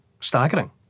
staggering